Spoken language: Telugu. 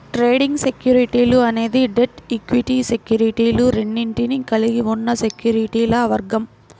ట్రేడింగ్ సెక్యూరిటీలు అనేది డెట్, ఈక్విటీ సెక్యూరిటీలు రెండింటినీ కలిగి ఉన్న సెక్యూరిటీల వర్గం